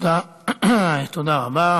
תודה רבה.